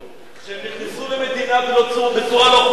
נכנסו למדינה בצורה לא חוקית,